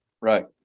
Right